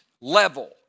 level